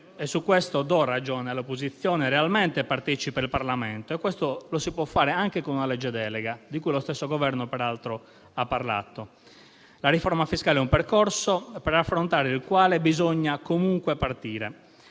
su questo do ragione all'opposizione. Questo lo si può fare anche con una legge delega, di cui lo stesso Governo peraltro ha parlato. La riforma fiscale è un percorso, per affrontare il quale bisogna comunque partire.